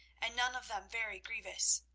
and none of them very grievous.